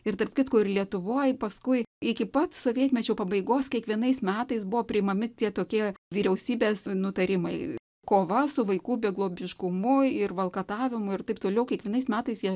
ir tarp kitko ir lietuvoj paskui iki pat sovietmečio pabaigos kiekvienais metais buvo priimami tie tokie vyriausybės nutarimai kova su vaikų beglobiškumu ir valkatavimu ir taip toliau kiekvienais metais jie